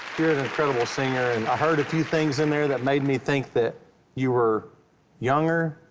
you're an incredible singer, and i heard a few things in there that made me think that you were younger.